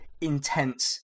intense